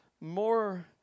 more